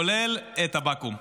כולל את הבקו"ם.